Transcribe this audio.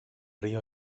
río